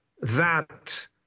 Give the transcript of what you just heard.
that-